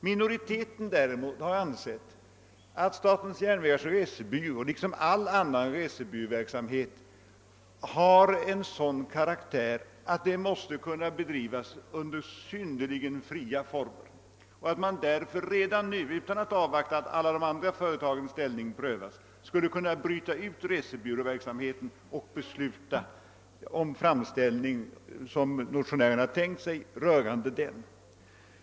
Minoriteten däremot anser att statens järnvägars resebyråverksamhet liksom all annan resebyråverksamhet har en sådan karaktär att den måste kunna bedrivas under syn nerligen fria former och att man därför redan nu, utan att avvakta att alla de andra företagens ställning prövas, skulle kunna bryta ut denna resebyråverksamhet och besluta om en framställning till Kungl. Maj:t angående en utredning i enlighet med motionärernas yrkande.